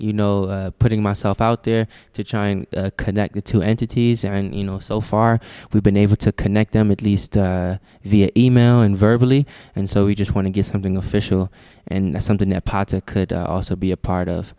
you know putting myself out there to china connected to entities and you know so far we've been able to connect them at least via email and virtually and so we just want to get something official and something their partner could also be a part of